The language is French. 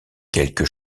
quelques